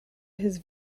his